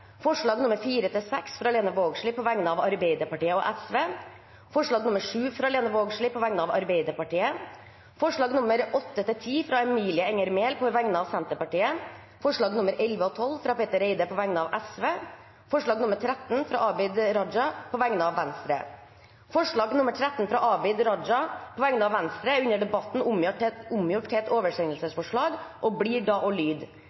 forslag. Det er forslagene nr. 1–3, fra Lene Vågslid på vegne av Arbeiderpartiet og Senterpartiet forslagene nr. 4–6, fra Lene Vågslid på vegne av Arbeiderpartiet og Sosialistisk Venstreparti forslag nr. 7, fra Lene Vågslid på vegne av Arbeiderpartiet forslagene nr. 8–10, fra Emilie Enger Mehl på vegne av Senterpartiet forslagene nr. 11 og 12, fra Petter Eide på vegne av Sosialistisk Venstreparti forslag nr. 13, fra Abid Q. Raja på vegne av Venstre Under debatten er forslag nr. 13 omgjort til et